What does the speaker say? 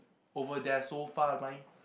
over there so far behind